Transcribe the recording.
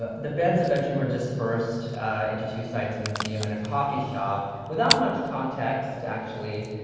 ah the beds eventually were dispersed into two sites a museum and a coffee shop without much context actually,